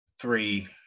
three